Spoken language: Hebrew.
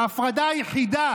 ההפרדה היחידה